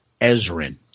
Ezrin